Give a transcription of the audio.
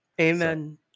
amen